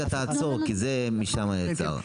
תעצור כי שם זה נעצר.